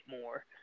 more